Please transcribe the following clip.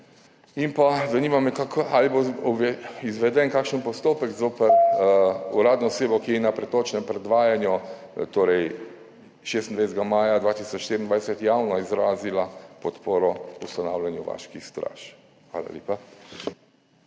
Zanima me še: Ali bo izveden kakšen postopek zoper uradno osebo, ki je na pretočnem predvajanju 26. maja 2024 javno izrazila podporo ustanavljanju vaških straž? Hvala lepa.